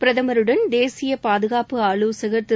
பிரதமருடன் தேசிய பாதகாப்பு ஆலோசகள் திரு